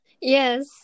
Yes